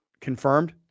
Confirmed